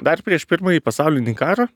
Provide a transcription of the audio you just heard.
dar prieš pirmąjį pasaulinį karą